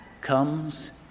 comes